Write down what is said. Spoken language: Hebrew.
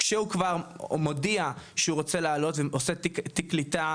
כשהוא כבר מודיע שהוא רוצה לעלות ועושה תיק קליטה